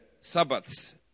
Sabbaths